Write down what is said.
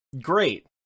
great